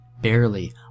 barely